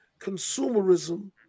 consumerism